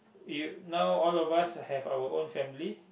we now all of us have our own family